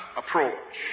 approach